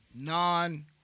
non